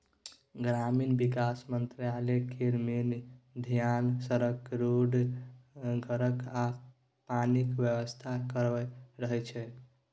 ग्रामीण बिकास मंत्रालय केर मेन धेआन सड़क, रोड, घरक आ पानिक बेबस्था करब रहय छै